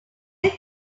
goes